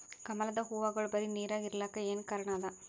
ಕಮಲದ ಹೂವಾಗೋಳ ಬರೀ ನೀರಾಗ ಇರಲಾಕ ಏನ ಕಾರಣ ಅದಾ?